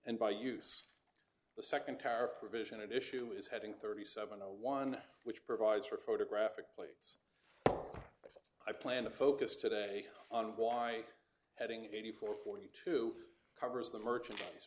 and by use the second tariff provision at issue is heading thirty seven zero one which provides for photographic plate i plan to focus today on why having eighty four forty two covers the merchan